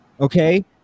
okay